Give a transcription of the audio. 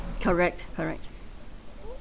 correct correct